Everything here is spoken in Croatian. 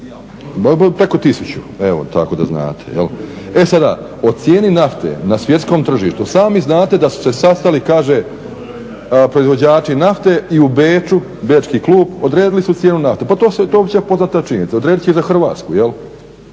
Molim? Preko tisuću, evo tako da znate. E sada, o cijeni nafte na svjetskom tržištu i sami znate da su se sastali kaže proizvođači nafte i u Beču, bečki klub, odredili su cijenu nafte. Pa to je opće poznata činjenica. Odredit će i za Hrvatsku, jel'.